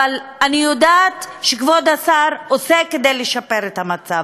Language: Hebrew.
ואני יודעת שכבוד השר עושה כדי לשפר את המצב.